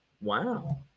Wow